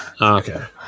Okay